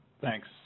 Thanks